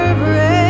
break